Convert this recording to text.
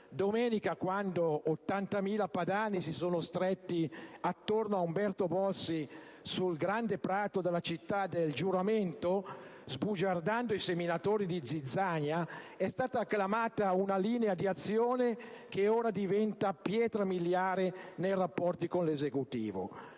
Domenica, quando 80.000 padani si sono stretti attorno a Umberto Bossi sul grande prato della città del giuramento, sbugiardando i seminatori di zizzania, è stata acclamata una linea di azione che ora diventa pietra miliare nei rapporti con l'Esecutivo.